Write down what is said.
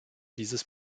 dieses